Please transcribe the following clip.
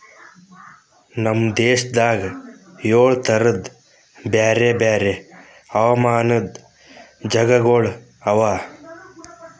ನಮ್ ದೇಶದಾಗ್ ಏಳು ತರದ್ ಬ್ಯಾರೆ ಬ್ಯಾರೆ ಹವಾಮಾನದ್ ಜಾಗಗೊಳ್ ಅವಾ